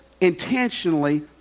intentionally